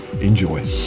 enjoy